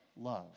love